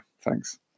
thanks